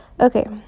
Okay